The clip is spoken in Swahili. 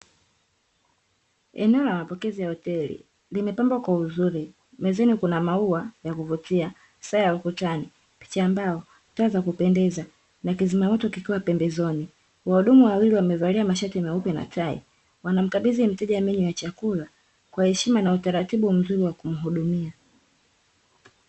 Eneo la mapokezi ya hoteli limepambwa kwa uzuri mezani kuna maua ya kuvutia ,saa ya ukutani, picha mbao, taa za kupendeza na kizimamoto kikiwa pembezoni. Wahudumu wawili wamevalia mashati meupe na tai wanamkabidhi mteja menyu ya chakula kwa heshima na utaratibu mzuri wa kumhudumia.